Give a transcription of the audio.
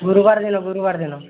ଗୁରୁବାର ଦିନ ଗୁରୁବାର ଦିନ